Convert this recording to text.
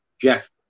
Jeff